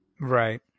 right